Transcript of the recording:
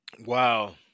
wow